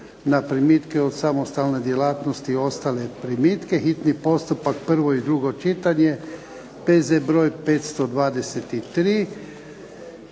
na primitke od samostalne djelatnosti i ostale primitke, hitni postupak, prvo i drugo čitanje, P.Z. broj 523